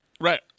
right